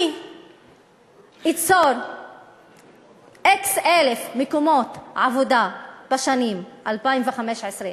אני אצור x אלף מקומות עבודה בשנים 2015 2017,